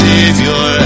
Savior